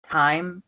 time